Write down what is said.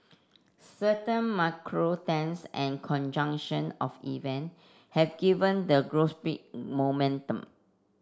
certain macro trends and conjunction of event have given the gossip momentum